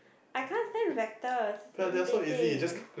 I can't say vectors irritating